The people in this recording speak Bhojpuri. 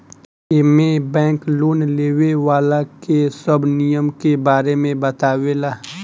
एमे बैंक लोन लेवे वाला के सब नियम के बारे में बतावे ला